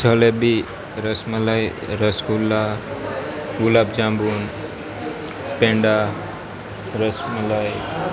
jalebi rasmalai rasgulla gulab jamun peda rasmalai